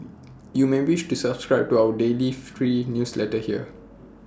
you may wish to subscribe to our free daily newsletter here